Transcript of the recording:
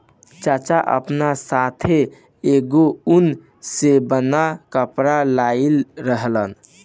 चाचा आपना साथै एगो उन से बनल कपड़ा लाइल रहन